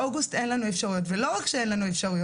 באוגוסט אין לנו את האפשרות הזו ולא רק שאין לנו אפשרויות,